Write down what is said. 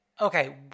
okay